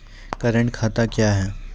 Current खाता क्या हैं?